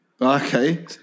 Okay